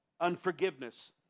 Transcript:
Unforgiveness